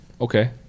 Okay